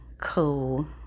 cool